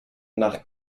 nach